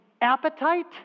appetite